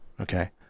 Okay